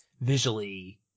visually